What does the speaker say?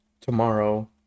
tomorrow